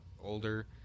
older